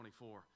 24